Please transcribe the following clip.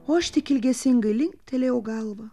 o aš tik ilgesingai linktelėjau galvą